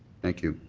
thank you.